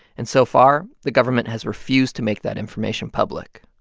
and so far, the government has refused to make that information public.